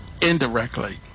indirectly